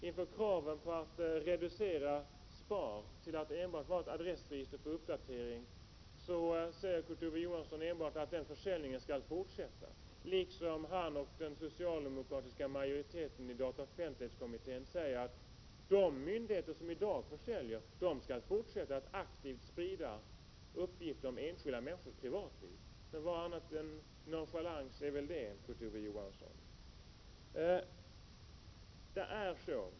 Inför kraven på att reducera SPAR till att endast vara ett adressregister för uppdatering säger Kurt Ove Johansson enbart att försäljningen av uppgifter skall fortsätta. Likaså säger han och den socialdemokratiska majorieten i dataoch offentlighetskommittén att de myndigheter som i dag bedriver försäljning av uppgifter skall fortsätta att aktivt sprida uppgifter om enskilda 49 människors privatliv. Vad annat än nonchalans är väl det, Kurt Ove Johansson?